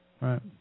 Right